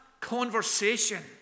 conversation